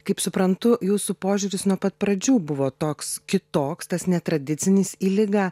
kaip suprantu jūsų požiūris nuo pat pradžių buvo toks kitoks tas netradicinis į ligą